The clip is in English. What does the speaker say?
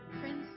Prince